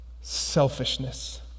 Selfishness